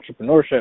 entrepreneurship